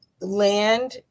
land